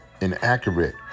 inaccurate